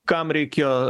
kam reikėjo